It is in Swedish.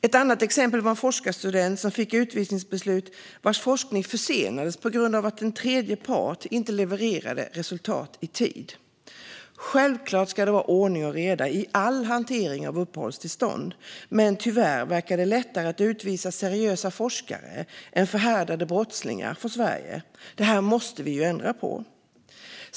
Ett annat exempel är en forskarstudent som fick ett utvisningsbeslut därför att forskningen försenats på grund av att en tredje part inte levererade resultat i tid. Självklart ska det vara ordning och reda i all hantering av uppehållstillstånd, men tyvärr verkar det lättare för Sverige att utvisa seriösa forskare än förhärdade brottslingar. Detta måste vi ändra på.